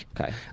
okay